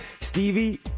Stevie